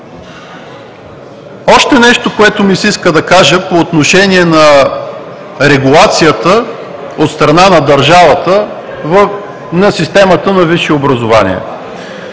Още нещо, което ми се иска да кажа по отношение на регулацията от страна на държавата, на системата на висшето образование.